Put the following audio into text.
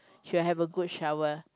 she'll have a good shower